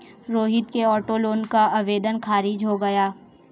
रोहित के auto loan का आवेदन खारिज हो गया